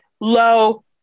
low